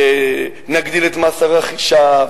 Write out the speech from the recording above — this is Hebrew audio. נגדיל את מס הרכישה,